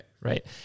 Right